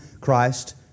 Christ